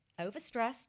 overstressed